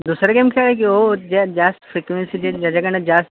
दुसरा गेम खेळा की अहो ज्या जास्त फ्रिक्वेन्सी जे ज्याच्याकना जास्त